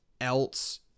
else